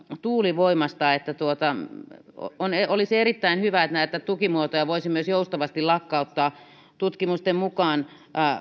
tuulivoimasta että olisi erittäin hyvä että näitä tukimuotoja voisi myös joustavasti lakkauttaa tutkimusten mukaan